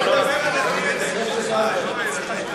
אני מדבר, אני מתייחס, אני מתייחס לגמרי.